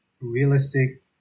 realistic